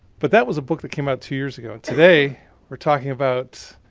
but that was a book that came out two years ago. today we're talking about